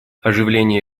оживление